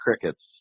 crickets